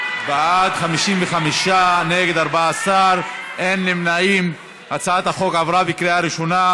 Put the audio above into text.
משמע אתם נכנסים בגדר העניין הזה,